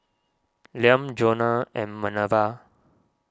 Liam Jonna and Manerva